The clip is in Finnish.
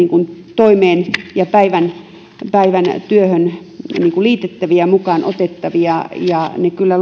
toimeen ja päivän työhön liitettäviä mukaan otettavia ja ne kyllä